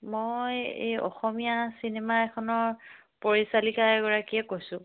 মই এই অসমীয়া চিনেমা এখনৰ পৰিচালিকা এগৰাকীয়ে কৈছোঁ